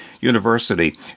University